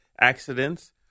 accidents